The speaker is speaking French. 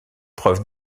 preuve